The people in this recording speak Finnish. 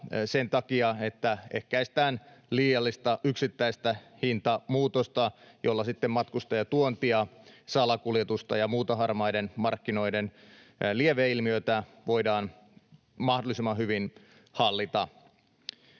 sen takia, että ehkäistään liiallista yksittäistä hintamuutosta, jolla sitten matkustajatuontia, salakuljetusta ja muita harmaiden markkinoiden lieveilmiöitä voidaan mahdollisimman hyvin hallita.